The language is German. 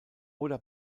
oder